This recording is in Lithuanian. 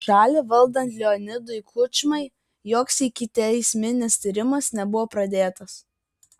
šalį valdant leonidui kučmai joks ikiteisminis tyrimas nebuvo pradėtas